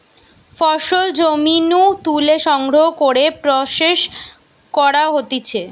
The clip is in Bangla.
ফসল জমি নু তুলে সংগ্রহ করে প্রসেস করা হতিছে